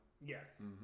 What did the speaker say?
Yes